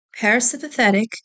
parasympathetic